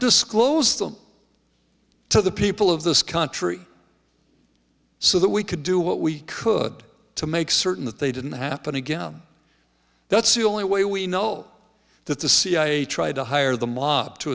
disclose them to the people of this country so that we could do what we could to make certain that they didn't happen again that's the only way we know that the cia tried to hire the mob to